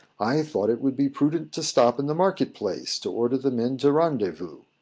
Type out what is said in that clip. i thought it would be prudent to stop in the market-place, to order the men to rendezvous.